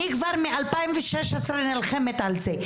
אני כבר מ-2016 נלחמת על זה.